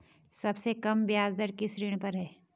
सबसे कम ब्याज दर किस ऋण पर है?